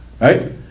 right